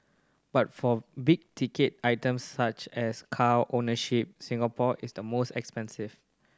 but for big ticket items such as car ownership Singapore is the most expensive